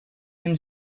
him